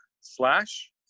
slash